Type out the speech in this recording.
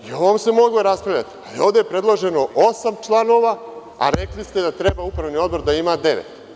I o ovome se moglo raspravljati, ali ovde je predloženo osam članova,a rekli ste da treba Upravni odbor da ima devet.